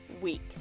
week